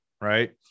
right